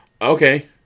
Okay